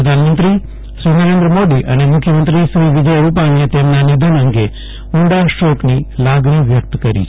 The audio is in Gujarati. પ્રેધાનમંત્રી શ્રી નરેન્દ્ર મોદી અને મુખ્યમેંત્રી શ્રી વિજય રૂપાણીએ તેમના નિધન અંગે ઊંડા શોકની લાગણી વ્યક્ત કરી છે